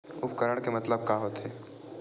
उपकरण के मतलब का होथे?